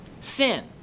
sin